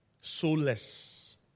soulless